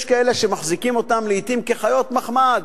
יש כאלה שמחזיקים אותם לעתים כחיות מחמד